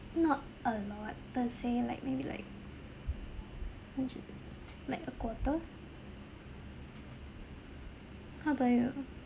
not a lot per se like maybe like like a quarter how about you